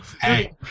Hey